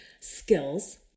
skills